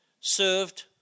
served